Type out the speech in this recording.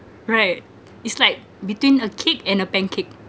right it's like between a cake and a pancake